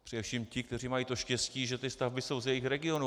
Především ti, kteří mají to štěstí, že stavby jsou z jejich regionů.